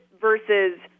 versus